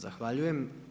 Zahvaljujem.